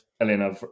Elena